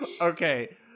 Okay